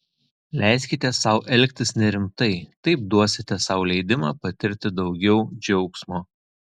leiskite sau elgtis nerimtai taip duosite sau leidimą patirti daugiau džiaugsmo